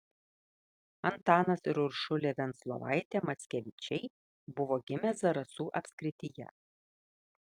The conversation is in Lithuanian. antanas ir uršulė venclovaitė mackevičiai buvo gimę zarasų apskrityje